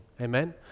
Amen